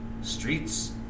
Streets